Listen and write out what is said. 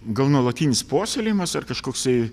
gal nuolatinis puoselėjimas ar kažkoksai